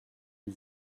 die